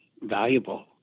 valuable